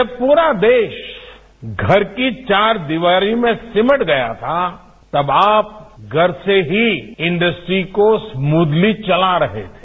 जब पूरा देश घर की चार दीवारी में सीमट गया था तब आप घर से ही इंडस्ट्री को स्मृदली चला रहे थे